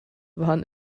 waren